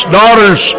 daughters